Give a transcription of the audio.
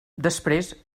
després